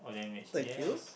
thank you